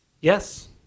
Yes